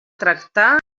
tractar